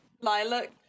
Lilac